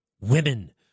Women